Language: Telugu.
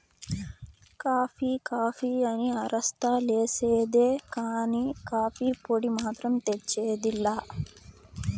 కాఫీ కాఫీ అని అరస్తా లేసేదే కానీ, కాఫీ పొడి మాత్రం తెచ్చేది లా